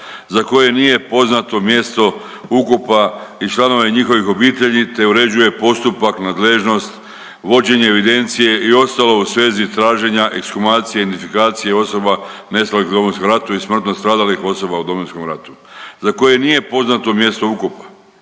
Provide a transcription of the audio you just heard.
za koje nije poznato mjesto ukopa i članova njihovih obitelji, te uređuje postupak, nadležnost, vođenje evidencije i ostalo u svezi traženja ekshumacije i identifikacije osoba nestalih u Domovinskom ratu i smrtno stradalih osoba u Domovinskom ratu, za koje nije poznato mjesto ukopa.